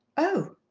oh,